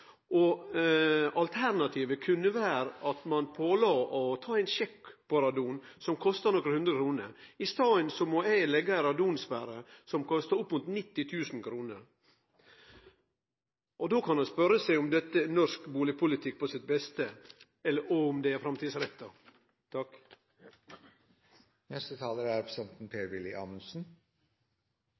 plass. Alternativet kunne ha vore at ein påla husbyggjaren å ta ein radonsjekk, som kostar nokre hundre kroner, men i staden måtte han altså leggje inn ei radonsperre som kostar opp mot 90 000 kroner. Ein kan spørje seg om dette er norsk bustadpolitikk på sitt beste, eller om det er framtidsretta.